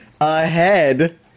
ahead